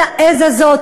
את העז הזאת,